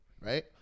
right